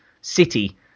City